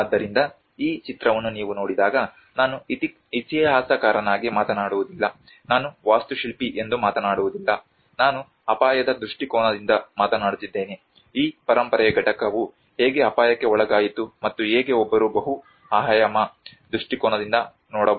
ಆದ್ದರಿಂದ ಈ ಚಿತ್ರವನ್ನು ನೀವು ನೋಡಿದಾಗ ನಾನು ಇತಿಹಾಸಕಾರನಾಗಿ ಮಾತನಾಡುವುದಿಲ್ಲ ನಾನು ವಾಸ್ತುಶಿಲ್ಪಿ ಎಂದು ಮಾತನಾಡುವುದಿಲ್ಲ ನಾನು ಅಪಾಯದ ದೃಷ್ಟಿಕೋನದಿಂದ ಮಾತನಾಡುತ್ತಿದ್ದೇನೆ ಈ ಪರಂಪರೆಯ ಘಟಕವು ಹೇಗೆ ಅಪಾಯಕ್ಕೆ ಒಳಗಾಯಿತು ಮತ್ತು ಹೇಗೆ ಒಬ್ಬರು ಬಹು ಆಯಾಮ ದೃಷ್ಟಿಕೋನದಿಂದ ನೋಡಬಹುದು